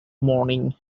morning